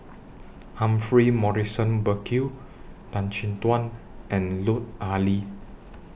Humphrey Morrison Burkill Tan Chin Tuan and Lut Ali